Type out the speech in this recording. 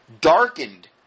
darkened